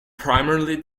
primarily